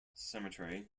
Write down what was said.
cemetery